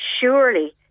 Surely